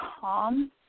calm